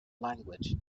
language